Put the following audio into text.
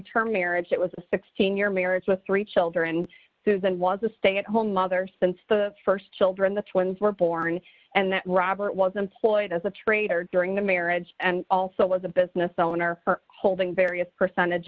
term marriage it was a sixteen year marriage with three children and susan was a stay at home mother since the st children the twins were born and that robert was employed as a trader during the marriage and also was a business owner holding various percentage